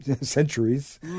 centuries